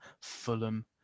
fulham